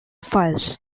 files